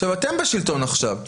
אתם בשלטון עכשיו.